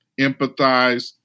empathize